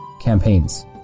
Campaigns